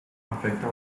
afecta